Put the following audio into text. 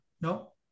no